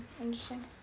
Interesting